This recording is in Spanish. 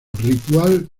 ritual